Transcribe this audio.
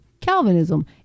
calvinism